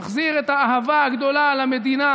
נחזיר את האהבה הגדולה למדינה,